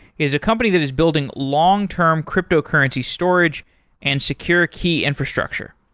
is a company that is building long-term cryptocurrency storage and secure key infrastructure.